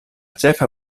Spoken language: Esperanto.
ĉefa